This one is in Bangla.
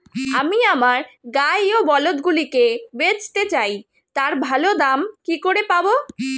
আমি আমার গাই ও বলদগুলিকে বেঁচতে চাই, তার ভালো দাম কি করে পাবো?